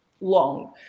long